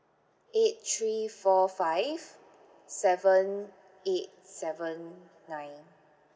eight three four five seven eight seven nine